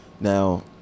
Now